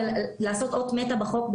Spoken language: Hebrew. לעשות אות מתה בחוק,